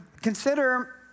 consider